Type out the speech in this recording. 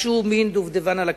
משהו מעין הדובדבן על הקצפת.